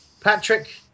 Patrick